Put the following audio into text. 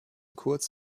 kurz